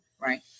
right